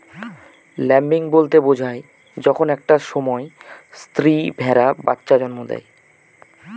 lambing বলতে বোঝায় যখন একটা সময় স্ত্রী ভেড়া বাচ্চা জন্ম দেয়